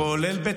רבין.